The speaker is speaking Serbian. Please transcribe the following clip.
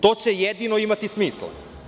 To će jedino imati smisla.